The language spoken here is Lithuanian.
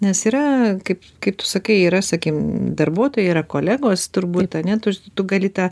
nes yra kaip kaip tu sakai yra sakykim darbuotojai yra kolegos turbūt ane tu tu gali tą